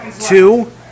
two